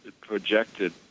projected